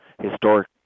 historic